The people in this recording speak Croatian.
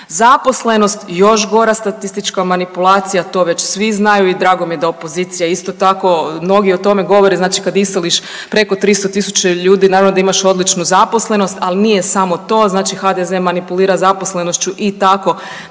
Zaposlenost još gora statistička manipulacija, to već svi znaju i drago mi je da opozicija isto tako, mnogi o tome govore. Znači kad iseliš preko 300.000 ljudi naravno da imaš odličnu zaposlenost, ali nije samo to znači HDZ manipulira zaposlenošću i tako